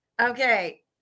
Okay